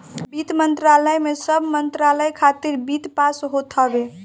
वित्त मंत्रालय में सब मंत्रालय खातिर वित्त पास होत हवे